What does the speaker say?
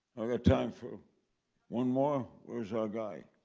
got time for one more. where's our guy?